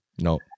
No